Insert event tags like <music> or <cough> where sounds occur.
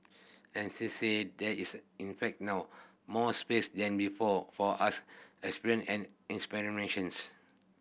and she said there is in fact now more space than before for art <unintelligible> and experimentations